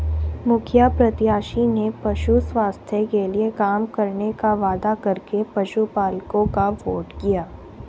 मुखिया प्रत्याशी ने पशु स्वास्थ्य के लिए काम करने का वादा करके पशुपलकों का वोट पाया